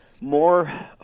more